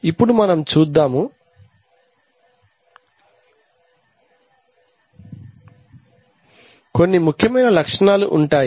ఇప్పుడు మనము చూద్దాము కొన్ని ముఖ్యమైన లక్షణాలు ఉంటాయి